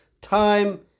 Time